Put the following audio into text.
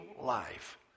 life